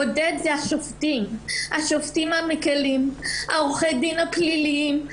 עודד, זה השופטים המקלים ועורכי הדין הפליליים.